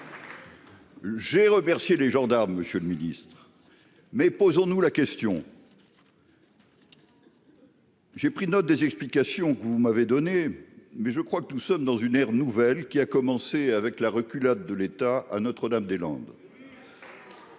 J'ai remercié les gendarmes. Monsieur le Ministre. Mais posons-nous la question. J'ai pris note des explications que vous m'avez donné mais je crois que nous sommes dans une ère nouvelle qui a commencé avec la reculade de l'État à Notre-Dame des Landes.